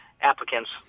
applicants